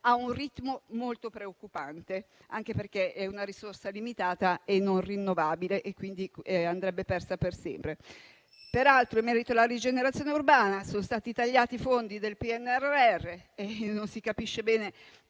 a un ritmo molto preoccupante, anche perché è una risorsa limitata e non rinnovabile, quindi andrebbe persa per sempre. Peraltro, in merito alla rigenerazione urbana, sono stati tagliati i fondi del PNRR e non si capisce bene